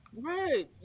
Right